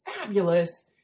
fabulous